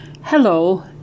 Hello